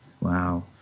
wow